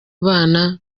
bana